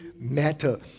matter